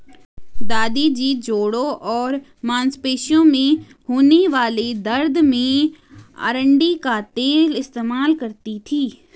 दादी जी जोड़ों और मांसपेशियों में होने वाले दर्द में अरंडी का तेल इस्तेमाल करती थीं